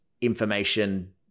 information